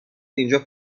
اینجا